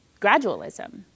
gradualism